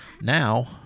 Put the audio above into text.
Now